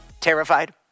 terrified